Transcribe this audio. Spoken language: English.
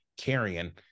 carrying